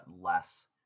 less